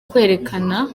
kwerekana